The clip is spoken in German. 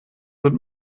wird